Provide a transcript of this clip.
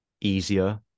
easier